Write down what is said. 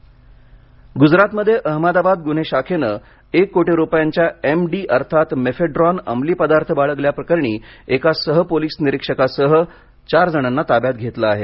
अमली पदार्थ गुजरातमध्ये अहमदाबाद गुन्हे शाखेने एक कोटी रुपयांच्या एमडी अर्थात मेफेड्रॉन अमली पदार्थ बाळगल्याप्रकरणी एका सह पोलीस निरीक्षकासह चार जणांना ताब्यात घेतले आहे